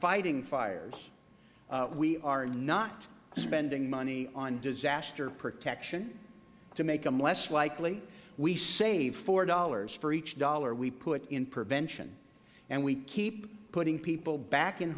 fighting fires we are not spending money on disaster protection to make them less likely we save four dollars for each one dollar we put in prevention and we keep putting people back in